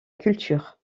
culture